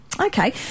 Okay